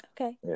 Okay